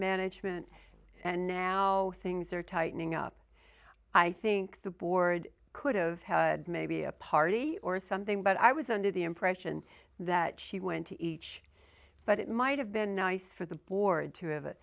management and now things are tightening up i think the board could've had maybe a party or something but i was under the impression that she went to each but it might have been nice for the board to